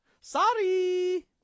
Sorry